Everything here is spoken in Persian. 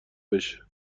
بشه